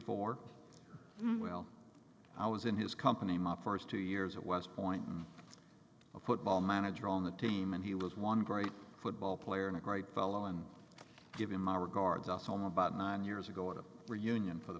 four well i was in his company my first two years at west point of football manager on the team and he was one great football player and a great fellow and give him my regards us home about nine years ago at a reunion for the